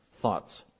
thoughts